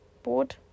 board